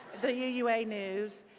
the uua news,